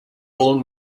old